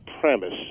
premise